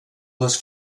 les